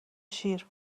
شیر